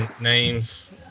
names